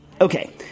Okay